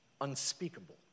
unspeakable